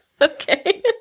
Okay